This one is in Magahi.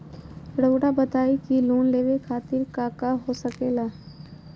रउआ बताई की लोन लेवे खातिर काका हो सके ला?